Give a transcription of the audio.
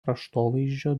kraštovaizdžio